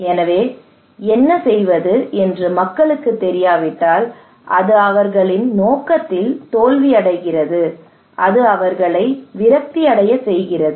எனவே என்ன செய்வது என்று மக்களுக்குத் தெரியாவிட்டால் அது அவர்களின் நோக்கத்தில் தோல்வியடைகிறது அது அவர்களை விரக்தியடையச் செய்கிறது